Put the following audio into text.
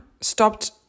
stopped